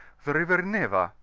the river neva,